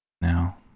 Now